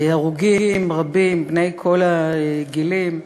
הרוגים רבים בני כל הגילים,